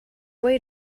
way